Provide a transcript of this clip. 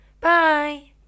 bye